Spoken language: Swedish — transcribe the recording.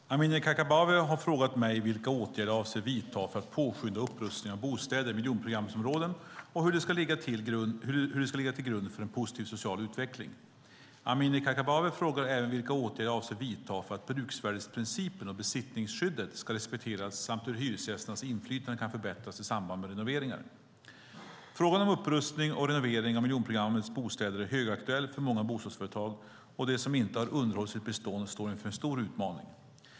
Herr talman! Amineh Kakabaveh har frågat mig vilka åtgärder jag avser att vidta för att påskynda upprustningen av bostäder i miljonprogramsområden och hur det ska ligga till grund för en positiv social utveckling. Amineh Kakabaveh frågar även vilka åtgärder jag avser att vidta för att bruksvärdesprincipen och besittningsskyddet ska respekteras samt hur hyresgästernas inflytande kan förbättras i samband med renoveringar. Frågan om upprustning och renovering av miljonprogrammets bostäder är högaktuell för många bostadsföretag, och de som inte har underhållit sitt bestånd står inför en stor utmaning.